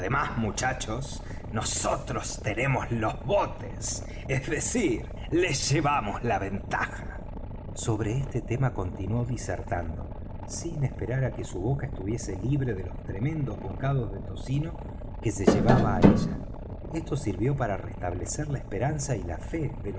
muchachos nosotros tenemos los botes es decir les llevamos la ventaja sobre este tema continuó disertando sin esperar á que su boca estuviese libre de los tremendos bocados de tocino que se llevaba á ella esto sirvió para restablecer la esperanza y la fe